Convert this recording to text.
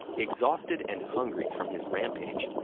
exhausted and hungry from his rampage,